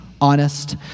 honest